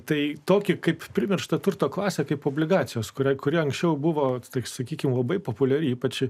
tai tokį kaip priversta turto klasę kaip obligacijos kuria kuri anksčiau buvo tik sakykime labai populiari ypač